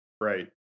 Right